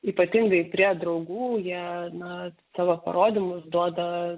ypatingai prie draugų jie na savo parodymus duoda